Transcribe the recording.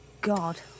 God